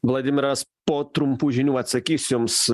vladimiras po trumpų žinių atsakys jums